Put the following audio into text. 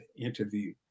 interview